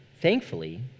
thankfully